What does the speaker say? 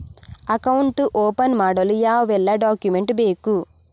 Account open ಮಾಡಲು ಯಾವೆಲ್ಲ document ಬೇಕು?